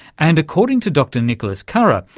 and according to dr nicholas carah,